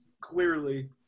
clearly